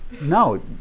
no